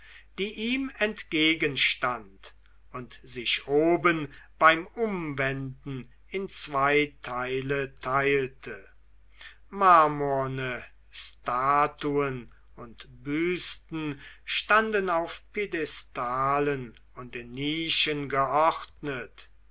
die ihm entgegenstand und sich oben beim umwenden in zwei teile teilte marmorne statuen und büsten standen auf piedestalen und in nischen geordnet